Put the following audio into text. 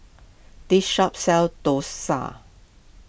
this shop sells Dosa